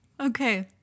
Okay